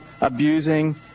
abusing